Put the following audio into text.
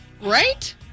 Right